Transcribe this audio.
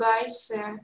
guys